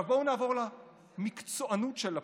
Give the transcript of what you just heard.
עכשיו, בואו נעבור למקצוענות של לפיד,